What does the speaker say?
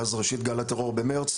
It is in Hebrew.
מאז ראשית גל הטרור במרץ,